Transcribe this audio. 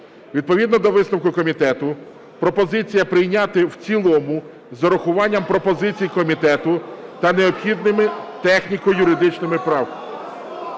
Відповідно до висновку комітету пропозиція - прийняти в цілому з урахуванням пропозицій комітету та необхідними техніко-юридичними правками.